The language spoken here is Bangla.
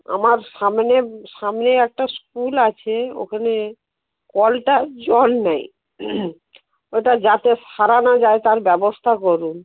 আমার সামনে সামনে একটা স্কুল আছে ওখানে কলটায় জল নেই ওটা যাতে সারানো যায় তার ব্যবস্থা করুন